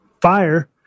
fire